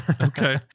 Okay